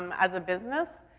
um as a business,